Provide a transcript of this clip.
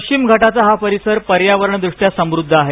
पश्विम घाटाचा हा परिसर पर्यावरणद्रष्ट्या समुद्ध आहे